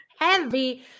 Heavy